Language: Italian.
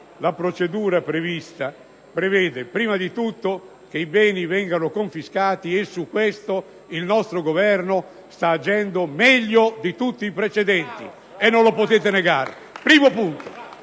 la procedura prevede prima di tutto che i beni vengano confiscati, e su questo il nostro Governo sta agendo meglio di tutti i precedenti. E non lo potete negare! *(Applausi